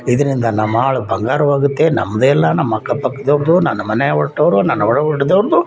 ಇದರಿಂದ ನಮ್ಮ ಆಳು ಬಂಗಾರವಾಗುತ್ತೆ ನಮ್ಮದೇ ಅಲ್ಲ ನಮ್ಮ ಅಕ್ಕಪಕ್ಕದವ್ರದ್ದು ನನ್ನ ಮನೆ ಹುಟ್ದೋರದು ನನ್ನ ಒಡ ಹುಟ್ದೋರದು